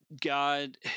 God